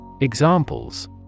Examples